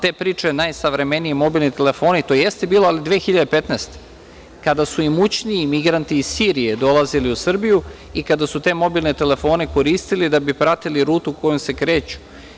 Te priče najsavremenije mobilne telefonije, to jeste bilo, ali 2015. godine, kada su imućniji migranti iz Sirije dolazili u Srbiju i kada su te mobilne telefone koristili, da bi pratili rutu kojom se kreću.